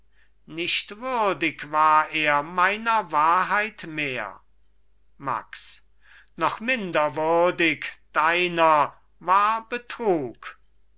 nicht würdig war er meiner wahrheit mehr max noch minder würdig deiner war